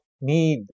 need